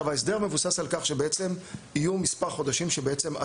ההסדר מבוסס על כך שבעצם יהיו מספר חודשים שבהם למעשה,